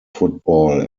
football